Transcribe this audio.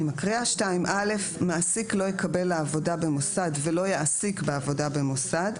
אני מקריאה: 2(א) מעסיק לא יקבל לעבודה במוסד ולא יעסיק בעבודה במוסד,